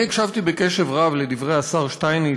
אני הקשבתי קשב רב לדברי השר שטייניץ,